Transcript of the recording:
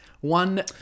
one